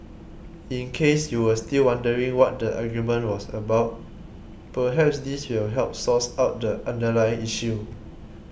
in case you were still wondering what the argument was about perhaps this will help source out the underlying issue